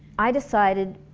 i decided,